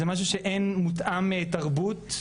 זה משהוא שאין מותאם תרבות,